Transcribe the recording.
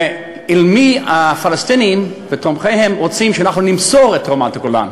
ולמי הפלסטינים ותומכיהם רוצים שאנחנו נמסור את רמת-הגולן,